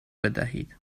بدهید